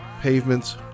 pavements